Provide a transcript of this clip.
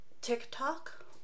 TikTok